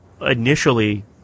initially